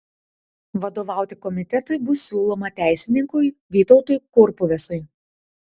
vadovauti komitetui bus siūloma teisininkui vytautui kurpuvesui